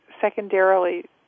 secondarily